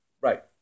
Right